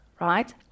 right